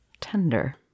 Tender